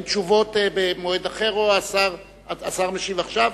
האם התשובות במועד אחר או שהשר משיב עכשיו?